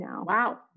Wow